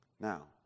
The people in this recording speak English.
Now